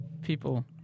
People